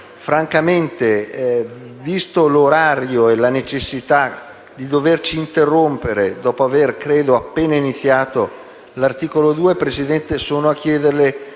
Francamente, visto l'orario e la necessità di doverci interrompere dopo aver appena iniziato l'articolo 2, sono a chiederle,